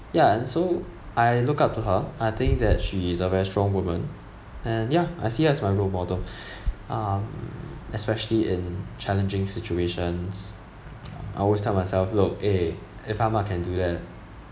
ya and so I look up to her I think that she is a very strong woman and ya I see her as my role model um especially in challenging situations I always tell myself look eh if ah ma can do that